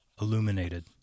illuminated